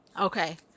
Okay